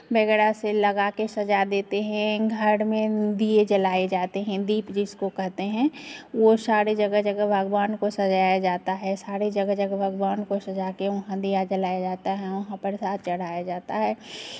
वगैरह से लगा के सजा देते हैं घर में दिये जलाए जाते हैं दीप जिसको कहते हैं वो सारे जगह जगह भगवान को सजाया जाता है सारे जगह जगह भगवान को सजा के वहां दिया जलाया जाता है वहां प्रसाद चढ़ाया जाता है